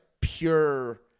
pure